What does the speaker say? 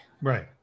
Right